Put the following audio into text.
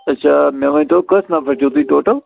اَچھا مےٚ ؤنۍتو کٔژ نَفَر چھُو تُہۍ ٹوٹَل